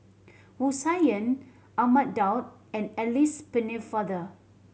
Wu Tsai Yen Ahmad Daud and Alice Pennefather